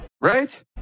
right